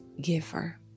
giver